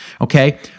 okay